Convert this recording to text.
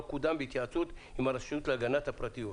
קודם בהתייעצות עם הרשות להגנת הפרטיות.